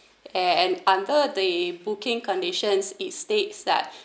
and under the booking conditions it states that refund it's possible that